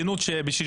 בשביל